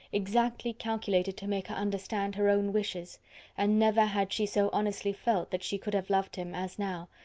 exactly calculated to make her understand her own wishes and never had she so honestly felt that she could have loved him, as now,